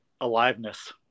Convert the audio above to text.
aliveness